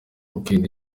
weekend